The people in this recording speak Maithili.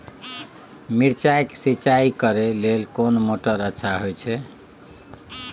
मिर्चाय के सिंचाई करे लेल कोन मोटर अच्छा होय छै?